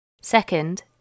Second